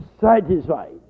satisfied